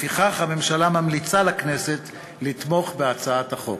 לפיכך, הממשלה ממליצה לכנסת לתמוך בהצעת החוק.